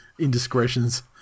indiscretions